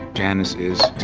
janice is